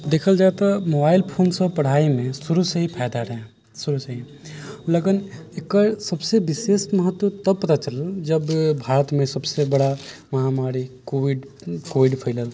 देखल जाइ तऽ मोबाइल फोनसँ पढ़ाइमे शुरुसँ ही फायदा रहै शुरुसँ ही लेकिन एकर सभसँ विशेष महत्व तब पता चलल जब भारतमे सभसँ बड़ा महामारी कोविड फैलल